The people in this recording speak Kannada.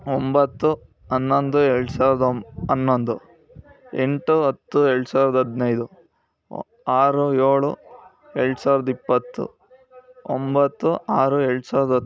ಒಂಬತ್ತು ಹನ್ನೊಂದು ಎರಡು ಸಾವಿರದ ಒಂ ಹನ್ನೊಂದು ಎಂಟು ಹತ್ತು ಎರಡು ಸಾವಿರದ ಹದಿನೈದು ಆರು ಏಳು ಎರಡು ಸಾವಿರದ ಇಪ್ಪತ್ತು ಒಂಬತ್ತು ಆರು ಎರಡು ಸಾವಿರದ ಹತ್ತು